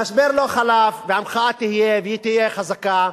המשבר לא חלף והמחאה תהיה והיה תהיה חזקה.